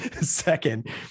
Second